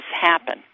happen